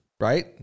right